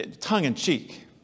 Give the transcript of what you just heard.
tongue-in-cheek